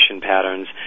patterns